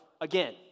Again